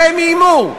והם איימו.